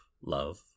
love